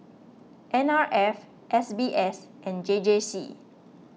N R F S B S and J J C